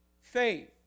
Faith